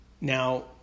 Now